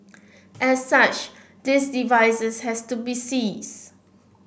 as such these devices has to be seized